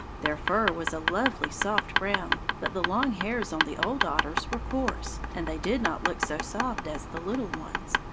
their fur was a lovely soft brown, but the long hairs on the old otters were coarse, and they did not look so soft as the little ones.